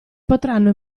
potranno